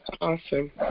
Awesome